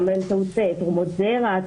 גם באמצעות תרומות זרע,